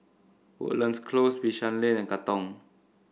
Woodlands Close Bishan Lane and Katong